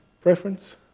preference